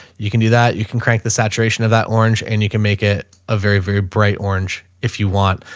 you can do that. you can crank the saturation of that orange and you can make it a very, very bright orange if you want.